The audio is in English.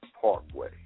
Parkway